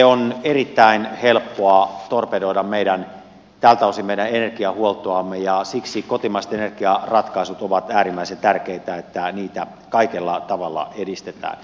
on erittäin helppoa torpedoida tältä osin meidän energiahuoltoamme ja siksi kotimaiset energiaratkaisut ovat äärimmäisen tärkeitä että niitä kaikella tavalla edistetään